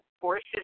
forces